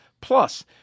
plus